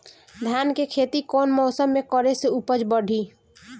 धान के खेती कौन मौसम में करे से उपज बढ़ी?